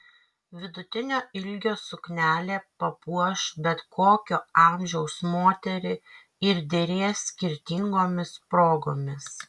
vidutinio ilgio suknelė papuoš bet kokio amžiaus moterį ir derės skirtingomis progomis